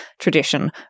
tradition